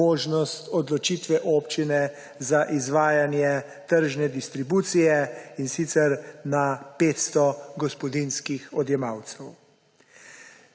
možnost odločitve občine za izvajanje tržne distribucije, in sicer na 500 gospodinjskih odjemalcev.